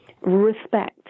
respect